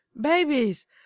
babies